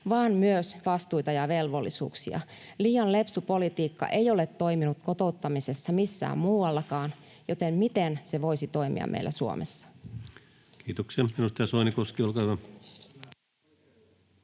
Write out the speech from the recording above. vaan myös vastuita ja velvollisuuksia. Liian lepsu politiikka ei ole toiminut kotouttamisessa missään muuallakaan, joten miten se voisi toimia meillä Suomessa. [Ben Zyskowicz: Hyvä, oikein hyvä.